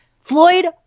Floyd